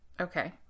Okay